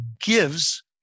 gives